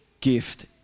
gift